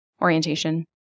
orientation